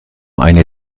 eine